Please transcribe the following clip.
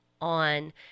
on